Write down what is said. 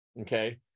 okay